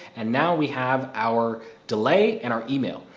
and now we have our delay and our email.